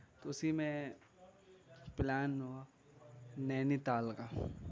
تو اسی میں پلان ہوا نینی تال کا